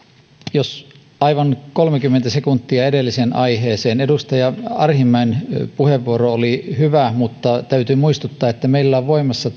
jos aivan kolmekymmentä sekuntia edelliseen aiheeseen edustaja arhinmäen puheenvuoro oli hyvä mutta täytyy muistuttaa että meillä on voimassa